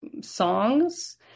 songs